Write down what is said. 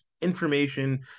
information